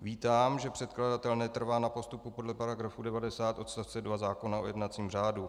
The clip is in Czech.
Vítám, že předkladatel netrvá na postupu podle § 90 odst. 2 zákona o jednacím řádu.